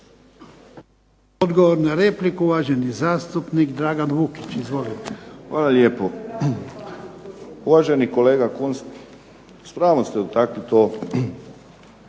Odgovor na repliku, uvaženi zastupnik Dragan Vukić. Izvolite. **Vukić, Dragan (HDZ)** Hvala lijepo. Uvaženi kolega Kunst stvarno ste dotakli to